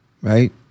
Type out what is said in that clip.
right